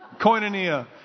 Koinonia